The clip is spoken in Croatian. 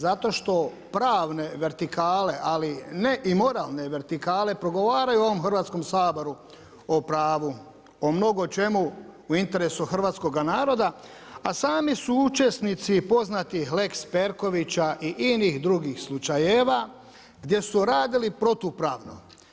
Zato što pravne vertikale, ali i ne moralne vertikale, progovaraju u ovom Hrvatskom saboru, o pravu, o mnogo čemu u interesu hrvatskoga naroda, a sami su učesnici poznatih Lex Perkovića i inih drugih slučajeva, gdje su radili protupravno.